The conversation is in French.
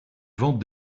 vendent